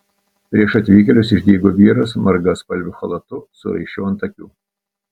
prieš atvykėlius išdygo vyras margaspalviu chalatu su raiščiu ant akių